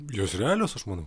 jos realios aš manau